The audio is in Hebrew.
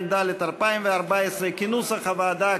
התשע"ד 2014, כנוסח הוועדה.